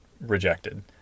rejected